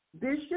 Bishop